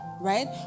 Right